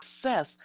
success